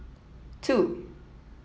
two